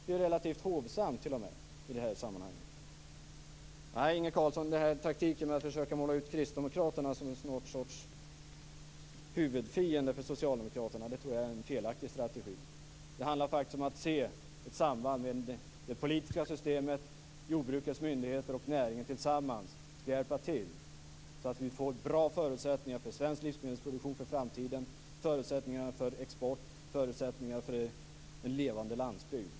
Det är t.o.m. relativt hovsamt i det här sammanhanget. Kristdemokraterna som en sorts huvudfiende för Socialdemokraterna tror jag är en felaktig strategi. Det handlar faktiskt om att se ett samband med det politiska systemet, jordbrukets myndigheter och näringen skall tillsammans hjälpa till så att vi får bra förutsättningar för svensk livsmedelsproduktion i framtiden: förutsättningar för export, förutsättningar för en levande landsbygd.